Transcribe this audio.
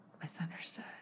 Misunderstood